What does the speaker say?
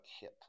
hit